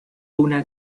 una